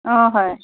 অঁ হয়